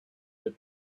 that